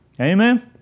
Amen